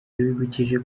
yabibukije